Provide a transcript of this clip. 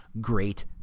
great